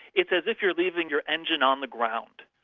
it's as if you're leaving your engine on the ground.